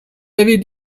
avais